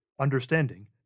understanding